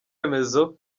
remezo